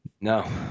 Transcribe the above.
No